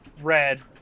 Red